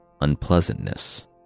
unpleasantness